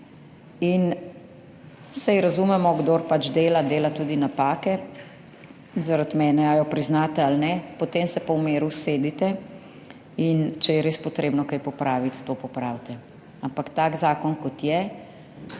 In, saj razumemo, kdor pač dela, dela tudi napake, zaradi mene ali jo priznate ali ne, potem se pa v miru usedite, in če je res potrebno kaj popraviti, to popravite. Ampak tak zakon kot je,